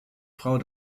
frau